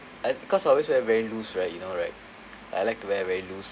and cause I always wear very loose right you know right I like to wear very loose